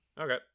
Okay